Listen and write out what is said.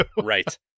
right